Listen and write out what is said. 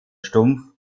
stumpf